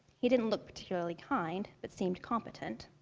he didn't look particularly kind, but seemed competent.